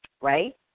right